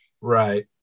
Right